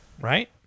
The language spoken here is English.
right